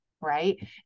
right